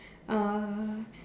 uh